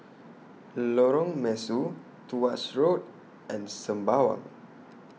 Lorong Mesu Tuas Road and Sembawang